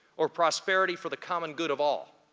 or prosperity for the common good of all?